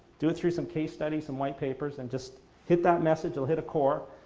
do it through some case studies, some white papers and just hit that message, it'll hit a core,